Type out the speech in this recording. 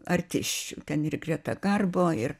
artisčių ten ir greta karbo ir